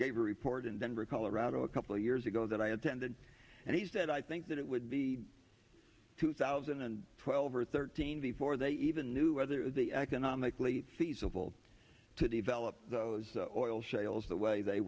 gave a report in denver colorado a couple of years ago that i attended and he said i think that it would be two thousand and twelve or thirteen before they even knew whether the economically feasible to develop those oil shales the way they